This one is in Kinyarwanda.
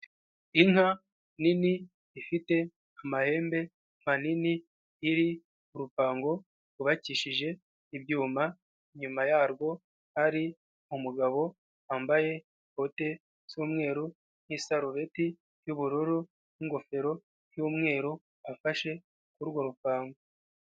Inka nini ifite amahembe manini iri mu rupango rwubakishije ibyuma, inyuma yarwo hari umugabo wambaye bote z'umweru n'isarureti ry'ubururu n'ingofero y'umweru afashe kuri urwo rupango.